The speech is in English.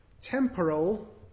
temporal